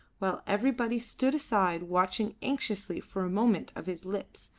while everybody stood aside watching anxiously for a movement of his lips,